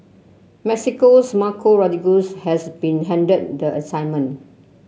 Mexico's Marco Rodriguez has been handed the assignment